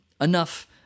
enough